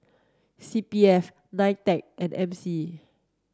C P F NITEC and M C